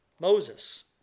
Moses